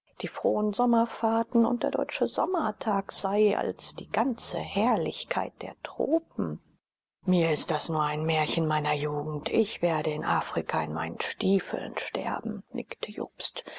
die frohen sommerfahrten und der deutsche sommertag sei als die ganze herrlichkeit der tropen mir ist das nur ein märchen meiner jugend ich werde in afrika in meinen stiefeln sterben nickte jobst